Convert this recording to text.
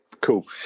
cool